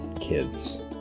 kids